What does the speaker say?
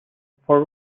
for